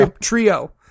trio